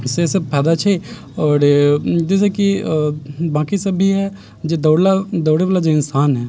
सेसभ फायदा छै आओर जैसेकि बाँकी सभ भी हइ जे दौड़ला दौड़यवला जे इंसान हइ